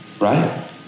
right